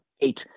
eight